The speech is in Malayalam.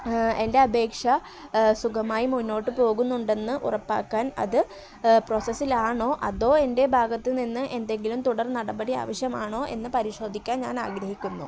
എൻ്റെ അപേക്ഷ സുഖമായി മുന്നോട്ട് പോകുന്നുണ്ടെന്ന് ഉറപ്പാക്കാൻ അത് പ്രോസസ്സിലാണോ അതോ എൻ്റെ ഭാഗത്തു നിന്ന് എന്തെങ്കിലും തുടർ നടപടി ആവശ്യമാണോ എന്നു പരിശോധിക്കാൻ ഞാൻ ആഗ്രഹിക്കുന്നു